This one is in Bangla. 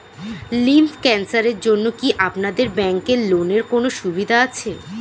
লিম্ফ ক্যানসারের জন্য কি আপনাদের ব্যঙ্কে লোনের কোনও সুবিধা আছে?